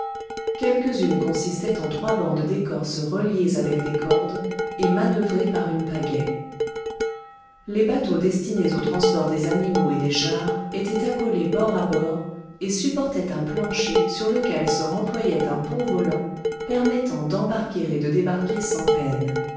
quelques-unes consistaient en trois bandes d'écorce reliées avec des cordes et manœuvrées par une pagaie les bateaux destinés au transport des animaux et des chars étaient accolés bord à bord et supportaient un plancher sur lequel se remployait un pont volant permettant d'embarquer et de débarquer sans peine